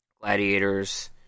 gladiators